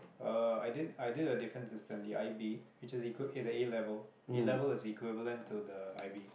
err i did i did a different system the i_b which is equal to the A-level A-level is equivalent to the i_b